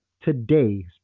today